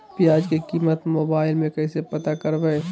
प्याज की कीमत मोबाइल में कैसे पता करबै?